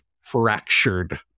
fractured